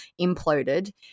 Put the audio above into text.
imploded